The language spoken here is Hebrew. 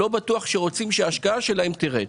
לא בטוח שרוצים שההשקעה שלהם תרד.